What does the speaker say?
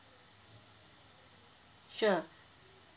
sure